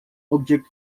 object